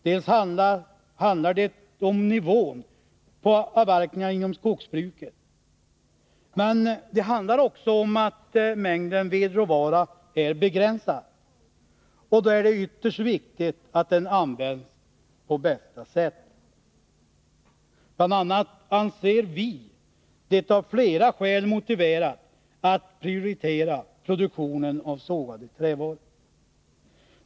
Till en del handlar det om nivån på avverkningarna inom skogsbruket, men det handlar också om att mängden vedråvara är begränsad, och då är det ytterst viktigt att den används på bästa sätt. Bl. a. anser vi det av flera skäl motiverat att prioritera produktionen av sågade trävaror.